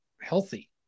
healthy